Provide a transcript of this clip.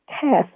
test